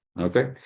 Okay